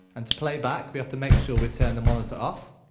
and to play back we have to make sure we turn the monitor off